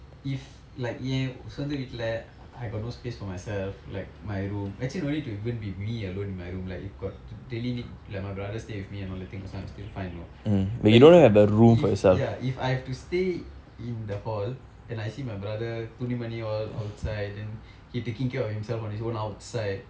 if like என் சொந்த வீட்டில:en sontha vittila I got no space for myself like my room actually no need to even be me alone in my room like you've got the daily need like my brother stay with me and all that thing also I'm still fine you know but if you if ya if I have to stay in the hall and I see my brother துணி மணி:thuni mani all outside then he taking care of himself on his own outside